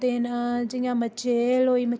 औंदे न जियां मचेल होई